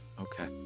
Okay